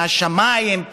מהשמיים,